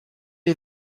les